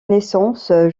naissance